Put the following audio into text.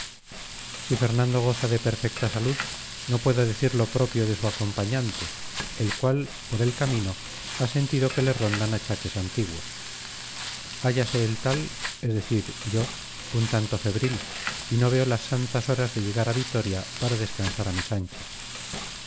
si fernando goza de perfecta salud no puedo decir lo propio de su acompañante el cual por el camino ha sentido que le rondan achaques antiguos hállase el tal es decir yo un tanto febril y no veo las santas horas de llegar a vitoria para descansar a mis anchas